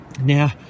Now